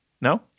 No